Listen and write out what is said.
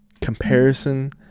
comparison